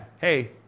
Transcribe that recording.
hey